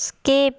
skip